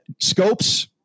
scopes